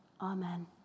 Amen